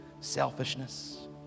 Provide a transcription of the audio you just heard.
selfishness